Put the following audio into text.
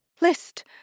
List